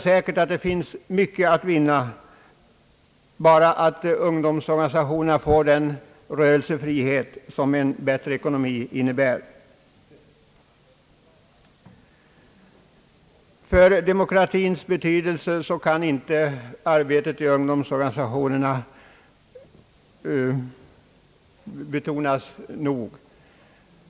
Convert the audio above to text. Säkert finns här mycket att vinna, bara ungdomsorganisationerna får den rörelsefrihet som en bättre ekonomi innebär. För demokratin kan arbetet i ungdomsorganisationerna inte nog betonas.